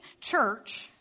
church